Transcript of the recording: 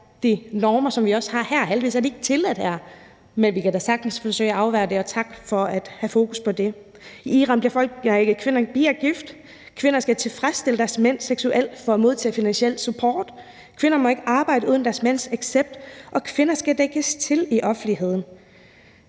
de normer, som også findes her. Heldigvis er de ikke tilladt her, men vi kan da sagtens forsøge at afværge det, og tak for at have fokus på det. I Iran bliver piger gift, og kvinder skal tilfredsstille deres mænd seksuelt for at modtage finansiel support. Kvinder må ikke arbejde uden deres mænds accept, og kvinder skal dække sig til i offentligheden.